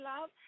Love